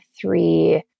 three